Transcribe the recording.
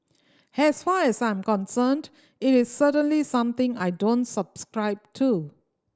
has far as I'm concerned it is certainly something I don't subscribe to